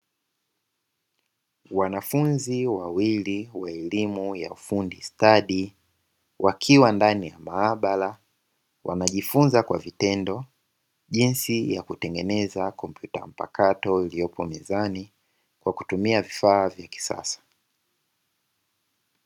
Wanafunzi wawili wa elimu ya ufundi stadi, wakiwa ndani ya maabara, wanajifunza kwa vitendo jinsi ya kutengeneza kompyuta mpakato, iliyopo mezani kwa kutumia vifaa vya kisasa.